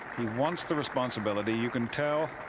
he wants the responsibility. you can tell.